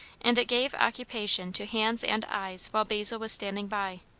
and it gave occupation to hands and eyes while basil was standing by.